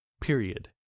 period